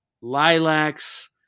lilacs